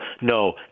no